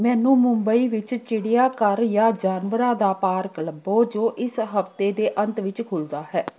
ਮੈਨੂੰ ਮੁੰਬਈ ਵਿੱਚ ਚਿੜੀਆਘਰ ਜਾਂ ਜਾਨਵਰਾਂ ਦਾ ਪਾਰਕ ਲੱਭੋ ਜੋ ਇਸ ਹਫ਼ਤੇ ਦੇ ਅੰਤ ਵਿੱਚ ਖੁੱਲ੍ਹਦਾ ਹੈ